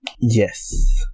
Yes